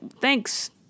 thanks